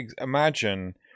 imagine